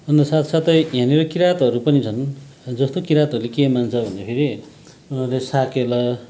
अन्त साथसाथै यहाँनिर किँरातहरू पनि छन् जस्तो किँरातहरूले के मान्छ भन्दाखेरि उनाहरूले साकेला